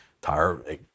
Tire